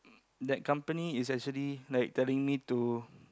that company is actually like telling me to